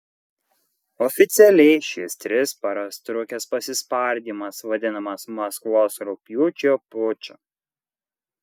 oficialiai šis tris paras trukęs pasispardymas vadinamas maskvos rugpjūčio puču